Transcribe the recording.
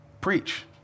preach